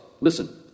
listen